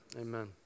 amen